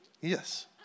Yes